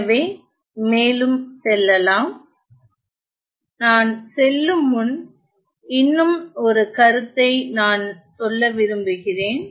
எனவே மேலும் செல்லலாம்நான் செல்லும்முன் இன்னும் ஒரு கருத்தை நான் சொல்ல விரும்புகிறேன்